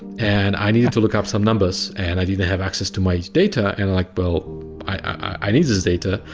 and i needed to look up some numbers and i didn't have access to my data and i like, well i need this data,